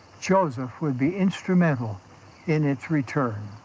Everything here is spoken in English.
joseph would be instrumental in its return.